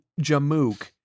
Jamuk